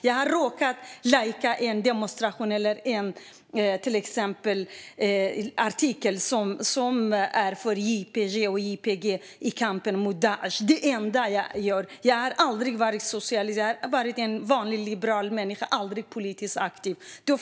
Jag har råkat lajka en demonstration eller en artikel som är för JOIPG i kampen mot Daish. Det är det enda jag gör. Jag har varit en vanlig liberal människa. Jag har aldrig varit politiskt aktiv.